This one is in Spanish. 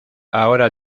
ahora